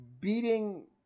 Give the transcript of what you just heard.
beating